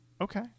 okay